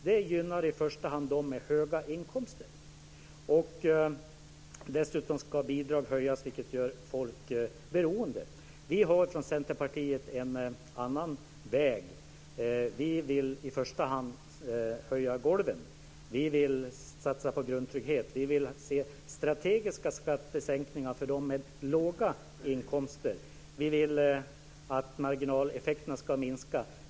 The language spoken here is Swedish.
Det gynnar i första hand människor med höga inkomster. Dessutom ska bidrag höjas, vilket gör människor beroende. Vi från Centerpartiet har en annan väg. Vi vill i första hand höja golven. Vi vill satsa på grundtrygghet. Vi vill se strategiska skattesänkningar för dem med låga inkomster. Vi vill att marginaleffekterna ska minska.